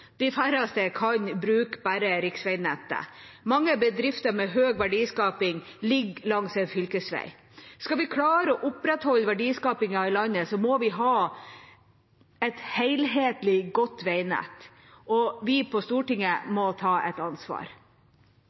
De færreste kan bruke bare riksveinettet. Mange bedrifter med høy verdiskaping ligger langs en fylkesvei. Skal vi klare å opprettholde verdiskapingen i landet, må vi ha et helhetlig godt veinett. Vi på Stortinget må ta et ansvar.